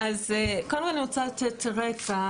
קודם כל אני רוצה לתת רקע.